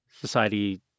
society